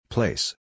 Place